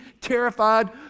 terrified